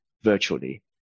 virtually